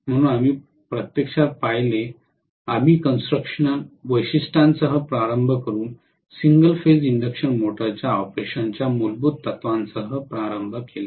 म्हणून आम्ही प्रत्यक्षात पाहिले आम्ही कन्स्ट्रकशनल वैशिष्ट्यांसह प्रारंभ करून सिंगल फेज इंडक्शन मोटरच्या ऑपरेशनच्या मूलभूत तत्त्वासह प्रारंभ केला